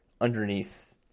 underneath